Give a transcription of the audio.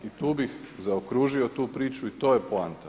I tu bih zaokružio tu priču i to je poanta.